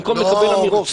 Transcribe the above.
במקום לקבל אמירות,